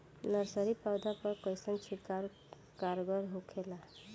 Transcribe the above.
Nursery पौधा पर कइसन छिड़काव कारगर होखेला?